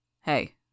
Hey